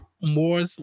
more